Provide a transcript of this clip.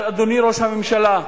אדוני ראש הממשלה,